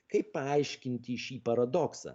kaip paaiškinti šį paradoksą